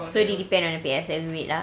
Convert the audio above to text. so they depend on you P_S_L_E grade lah